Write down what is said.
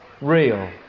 Real